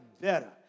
better